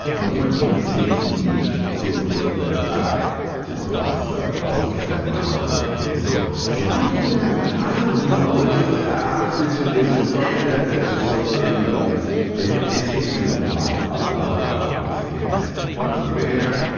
no one can take me to a place that i didn't put myself. i always kept that in my mind as a kid. so when how did you learn that? i don't know. it just. i honestly just it's just something that that just soaked in me. like it, it takes me a lot. a lot. a lot. a lot to get mad when i'm there.